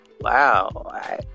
wow